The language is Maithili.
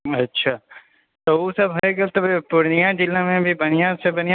अच्छा तऽ ओ है गेल तऽ पूर्णिया जिला मे भी बढ़िऑं सँ बढ़िऑं